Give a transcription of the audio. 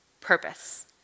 Purpose